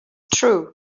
true